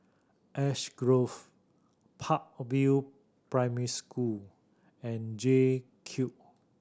Ash Grove Park View Primary School and J Cube